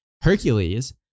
Hercules